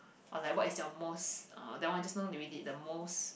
or like what is your most uh that one just now we did the most